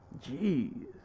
Jeez